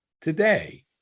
today